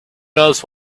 knows